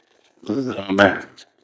Zanmɛɛ.